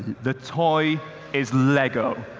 the toy is lego.